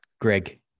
greg